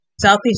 Southeast